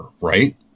right